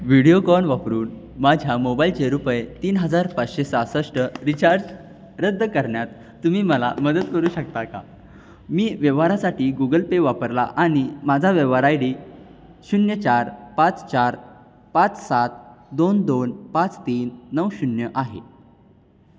व्हिडिओकॉन वापरून माझ्या मोबाईलचे रुपये तीन हजार पाचशे सहासष्ट रिचार्ज रद्द करण्यात तुम्ही मला मदत करू शकता का मी व्यवहारासाठी गुगल पे वापरला आणि माझा व्यवहार आय डी शून्य चार पाच चार पाच सात दोन दोन पाच तीन नऊ शून्य आहे